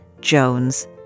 Jones